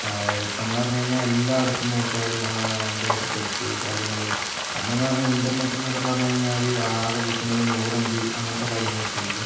ഇപ്പോൾ എന്ന് പറഞ്ഞുകഴിഞ്ഞാൽ എല്ലായിടത്തും നോക്കിയാലും ഭയങ്കരമായിട്ട് ടച്ച് കാര്യങ്ങൾ അന്നെന്ന് പറഞ്ഞാൽ ഇന്റർനെറ്റ് എന്നൊക്കെ പറഞ്ഞുകഴിഞ്ഞാൽ ആകെ കിട്ടുന്നത് നൂറ് എം ബി അങ്ങനത്തെ കാര്യങ്ങളൊക്കെ ആയിരിക്കും